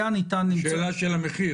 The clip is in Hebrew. את זה שמנו לנגד עינינו ואנחנו גם תומכים